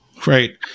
Great